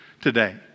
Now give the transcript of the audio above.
today